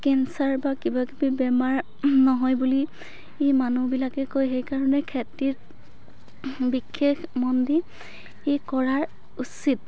cancer বা কিবা কিবি বেমাৰ নহয় বুলি মানুহবিলাকে কয় সেইকাৰণে খেতিত বিশেষ মন দি কৰা উচিত